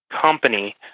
company